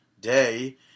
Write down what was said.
Day